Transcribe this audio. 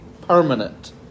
permanent